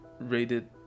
rated